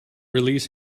release